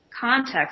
Context